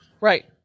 Right